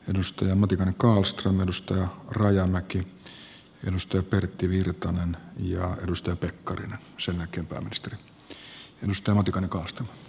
edustajat matikainen kallström rajamäki pertti virtanen ja pekkarinen sen jälkeen pääministeri